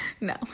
No